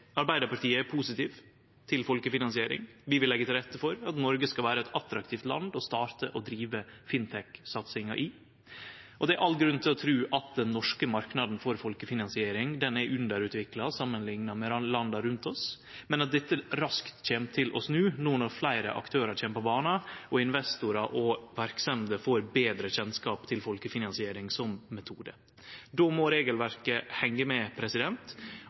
Arbeidarpartiet er positiv til folkefinansiering. Vi vil leggje til rette for at Noreg skal vere eit attraktivt land å starte og drive fintech-satsinga i. Det er all grunn til å tru at den norske marknaden for folkefinansiering er underutvikla samanlikna med landa rundt oss, men at dette raskt kjem til å snu no når fleire aktørar kjem på bana og investorar og verksemder får betre kjennskap til folkefinansiering som metode. Då må regelverket henge med,